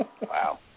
Wow